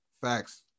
Facts